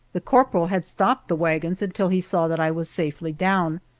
the corporal had stopped the wagons until he saw that i was safely down,